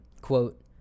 Quote